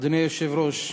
אדוני היושב-ראש,